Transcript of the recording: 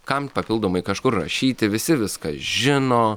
kam papildomai kažkur rašyti visi viską žino